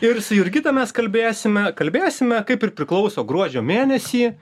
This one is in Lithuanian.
ir su jurgita mes kalbėsime kalbėsime kaip ir priklauso gruodžio mėnesį